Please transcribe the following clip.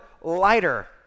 lighter